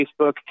Facebook